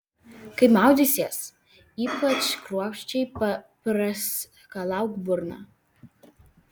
kai maudysiesi ypač kruopščiai praskalauk burną